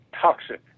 toxic